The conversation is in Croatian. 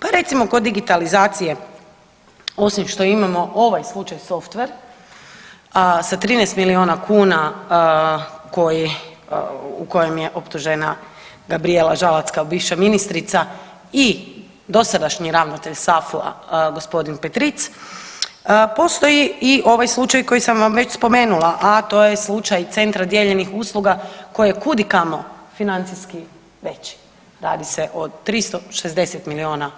Pa recimo kod digitalizacije osim što imamo ovaj slučaj Softver sa 13 milijuna kuna u kojem je optužena Gabrijela Žalac kao bivša ministrica i dosadašnji ravnatelj SAFU-a g. Petric, postoji i ovaj slučaj koji sam vam već spomenula, a to je slučaj centra dijeljenih usluga koji je kudikamo financijski veći, radi se o 360 milijuna